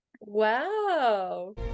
Wow